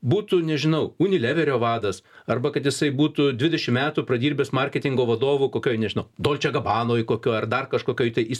būtų nežinau unileverio vadas arba kad jisai būtų dvidešim metų pradirbęs marketingo vadovu kokioj nežinau dolče gabanoj kokioj ar dar kažkokioj tai jis